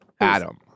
Adam